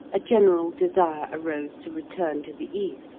a general desire arose to return to the east